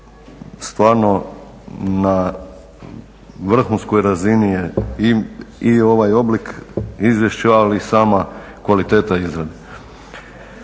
stvarno na vrhunskoj razini je i ovaj oblik izvješća, ali i sama kvaliteta izrade.